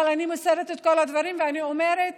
אבל אני מוסרת את כל הדברים ואני אומרת